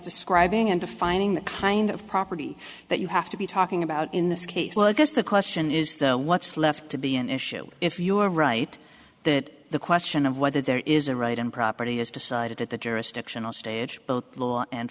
describing and defining the kind of property that you have to be talking about in this case well i guess the question is what's left to be an issue if you are right that the question of whether there is a right and property is decided at the jurisdictional stage both law and